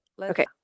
Okay